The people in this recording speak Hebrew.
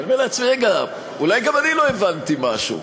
ואני אומר לעצמי: רגע, אולי גם אני לא הבנתי משהו.